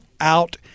out